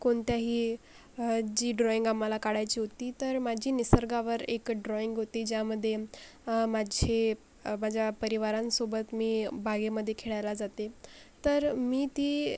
कोणत्याही जी ड्रॉईंग आम्हाला काढायची होती तर माझी निसर्गावर एक ड्रॉईंग होती ज्यामध्ये माझे माझ्या परिवारांसोबत मी बागेमध्ये खेळायला जाते तर मी ती